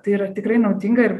tai yra tikrai naudinga ir